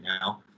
now